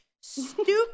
stupid